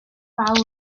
fawr